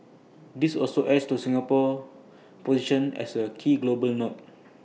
this also adds to Singapore's position as A key global node